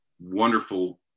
wonderful